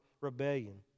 rebellion